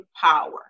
power